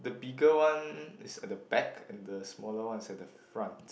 bigger is at the back and the smaller one is at the front